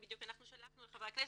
שלחנו לחברי הכנסת,